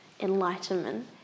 enlightenment